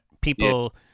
people